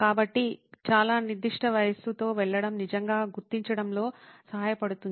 కాబట్టి చాలా నిర్దిష్ట వయస్సుతో వెళ్లడం నిజంగా గుర్తించడంలో సహాయపడుతుంది